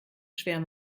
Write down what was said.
schwer